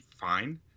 fine